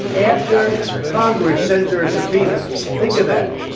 after congress sent her a subpoena think of that.